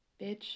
bitch